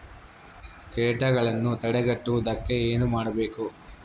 ಕೇಟಗಳನ್ನು ತಡೆಗಟ್ಟುವುದಕ್ಕೆ ಏನು ಮಾಡಬೇಕು?